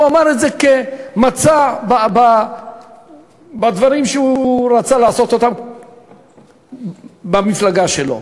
הוא אמר את זה כמצע בדברים שהוא רצה לעשות במפלגה שלו.